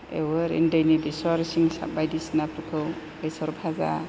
एवो ओरैनो दैनि बेसर सिंसाब बायदिसिनाफोरखौ बेसर भाजा